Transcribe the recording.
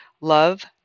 Love